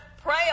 pray